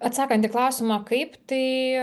atsakant į klausimą kaip tai